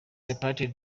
separate